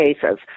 cases